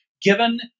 given